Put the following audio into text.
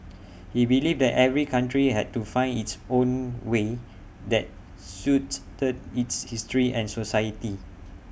he believed that every country had to find its own way that suits the its history and society